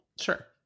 Sure